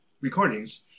recordings